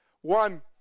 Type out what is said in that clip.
One